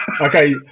Okay